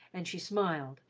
and she smiled,